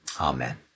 amen